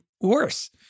worse